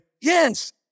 yes